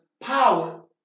power